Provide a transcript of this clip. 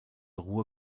ruhr